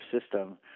system